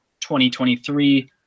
2023